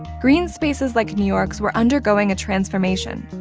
green spaces like new york's were undergoing a transformation.